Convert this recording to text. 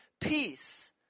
peace